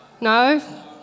No